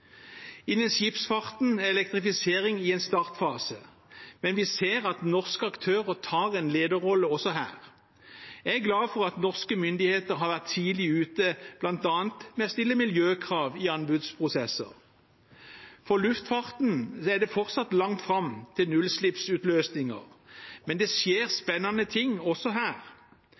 Innen skipsfarten er elektrifisering i en startfase, men vi ser at norske aktører tar en lederrolle også der. Jeg er glad for at norske myndigheter har vært tidlig ute med bl.a. å stille miljøkrav i anbudsprosesser. For luftfarten er det fortsatt langt fram til nullutslippsløsninger, men det skjer spennende ting også her.